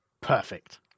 Perfect